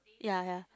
yea yea